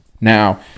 Now